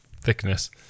thickness